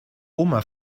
oma